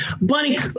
Bunny